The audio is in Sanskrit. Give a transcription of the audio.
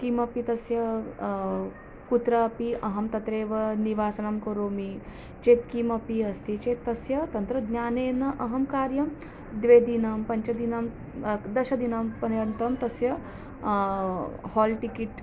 किमपि तस्य कुत्रापि अहं तत्रेव निवासनं करोमि चेत् किमपि अस्ति चेत् तस्य तन्त्रज्ञानेन अहं कार्यं द्वे दिनं पञ्च दिनं दश दिनं पर्यन्तं तस्य हाल् टिकिट्